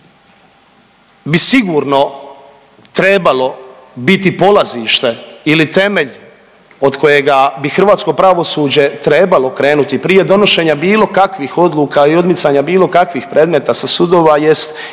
bi sigurno trebalo biti polazište ili temelj od kojega bi hrvatsko pravosuđe trebalo krenuti prije donošenja bilo kakvih odluka i odmicanja bilo kakvih predmeta sa sudova